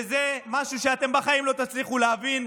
זה משהו שאתם בחיים לא תצליחו להבין,